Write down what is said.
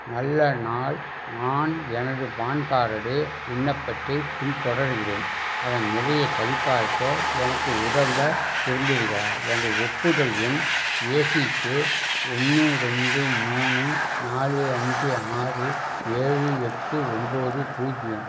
நல்ல நாள் நான் எனது பான் கார்டடு விண்ணப்பத்தைப் பின்தொடருகிறேன் அதன் நிலையை சரிபார்க்க எனக்கு உதவ விரும்புறீர்களா எனது ஒப்புதல் எண் ஏசிகே ஒன்று ரெண்டு மூணு நாலு அஞ்சு ஆறு ஏழு எட்டு ஒன்போது பூஜ்ஜியம்